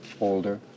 older